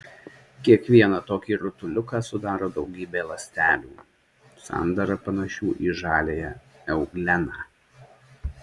kiekvieną tokį rutuliuką sudaro daugybė ląstelių sandara panašių į žaliąją eugleną